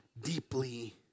Deeply